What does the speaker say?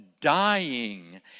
dying